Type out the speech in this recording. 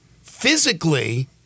Physically